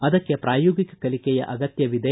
ಅದಕ್ಕೆ ಪ್ರಾಯೋಗಿಕ ಕಲಿಕೆಯ ಅಗತ್ತವಿದೆ